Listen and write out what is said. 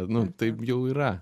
nu tai jau yra